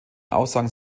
aussagen